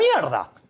mierda